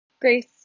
Grace